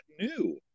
new